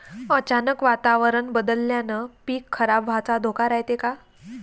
अचानक वातावरण बदलल्यानं पीक खराब व्हाचा धोका रायते का?